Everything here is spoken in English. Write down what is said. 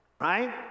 Right